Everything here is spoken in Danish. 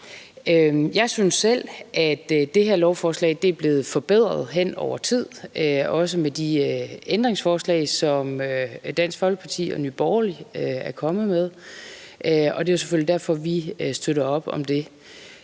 Jeg synes selv, at det her lovforslag er blevet forbedret hen over tid, også med det ændringsforslag, som Dansk Folkeparti og Nye Borgerlige er kommet med, og det er jo selvfølgelig derfor, at vi støtter op om det.